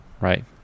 right